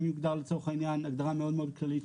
אם תוגדר לצורך העניין הגדרה מאוד מאוד כללית,